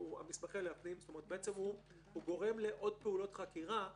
הוא בעצם גורם לפעולות חקירה נוספות.